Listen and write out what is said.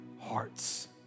hearts